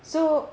so